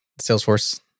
Salesforce